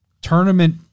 tournament